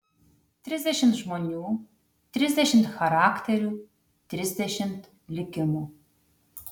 trisdešimt žmonių trisdešimt charakterių trisdešimt likimų